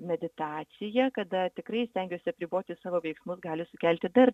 meditacija kada tikrai stengiuosi apriboti savo veiksmus gali sukelti dar